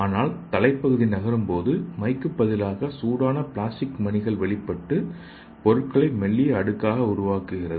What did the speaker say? ஆனால் தலைப்பகுதி நகரும்போது மைக் பதிலாக சூடான பிளாஸ்டிக் மணிகள் வெளிப்பட்டு பொருட்களை மெல்லிய அடுக்காக உருவாக்குகிறது